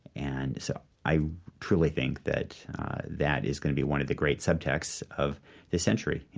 and so i truly think that that is going to be one of the great subtexts of this century. you